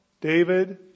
David